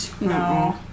No